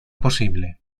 posible